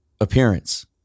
appearance